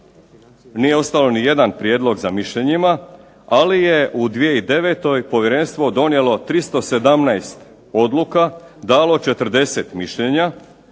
nije ostao ni jedan prijedlog za mišljenjima, ali je u 2009. Povjerenstvo donijelo 317 odluka dalo 40 mišljenja,